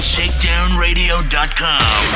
ShakedownRadio.com